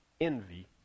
envy